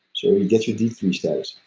so get your d three status.